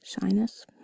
shyness